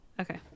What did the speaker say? Okay